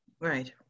Right